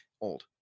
old